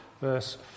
verse